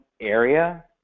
area